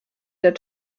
der